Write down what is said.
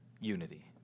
unity